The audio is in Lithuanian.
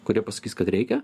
kurie pasakys kad reikia